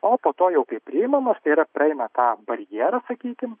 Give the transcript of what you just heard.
o po to jau kai priimamos tai yra praeina tą barjerą sakykim